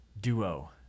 duo